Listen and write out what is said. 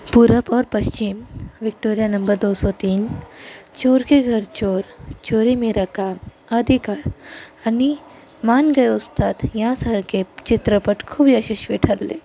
पूरब और पश्चिम विक्टोरिया नंबर दोसो तीन चोर के घर चोर चोरी मेरा काम अधिकार आणि मान गए उस्ताद यासारखे चित्रपट खूप यशस्वी ठरले